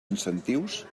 incentius